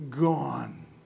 gone